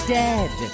dead